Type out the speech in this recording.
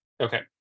okay